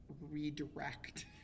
redirect